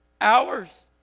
Hours